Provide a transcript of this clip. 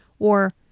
or,